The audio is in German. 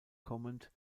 kommend